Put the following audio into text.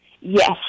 Yes